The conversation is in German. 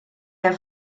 der